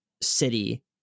city